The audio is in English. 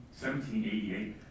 1788